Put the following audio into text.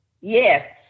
yes